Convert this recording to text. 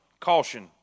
caution